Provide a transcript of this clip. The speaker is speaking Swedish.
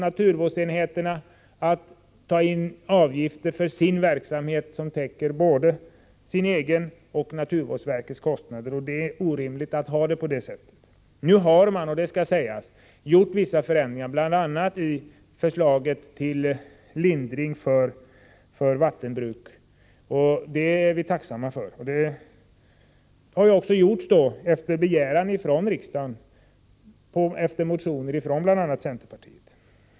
Naturvårdsenheterna åläggs att för sin verksamhet ta ut avgifter som täcker både egna och naturvårdsverkets kostnader, och det är orimligt. Nu har det gjorts vissa förändringar, bl.a. i förslaget till lindring för vattenbruk, och det är vi tacksamma för. Det har gjorts efter en begäran från riksdagen, med anledning av motioner från bl.a. centerpartiet.